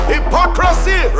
Hypocrisy